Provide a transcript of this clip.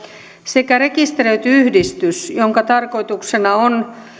sekä rekisteröity yhdistys jonka tarkoituksena on